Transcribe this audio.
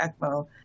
ECMO